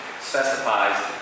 specifies